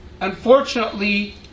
Unfortunately